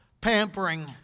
pampering